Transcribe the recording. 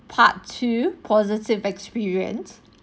part two positive experience